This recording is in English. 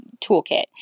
toolkit